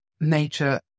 nature